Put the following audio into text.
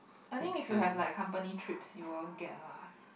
I think if you have like company trips you were get lah